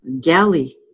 galley